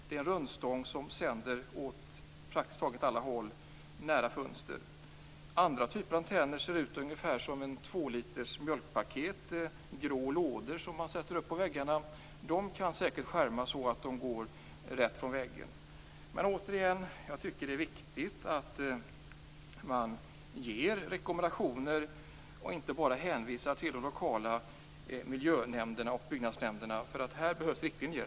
Det är en rundstång nära fönster som sänder åt praktiskt taget alla håll. Andra typer av antenner ser ut ungefär som ett tvåliters mjölkpaket. Det är grå lådor som sätts upp på väggarna. De kan säkert skärmas av så att strålningen går rätt ut från väggen. Men återigen menar jag att det är viktigt att man ger rekommendationer och inte bara hänvisar till de lokala miljö och byggnadsnämnderna. Här behövs riktlinjer.